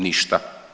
Ništa.